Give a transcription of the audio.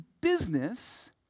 business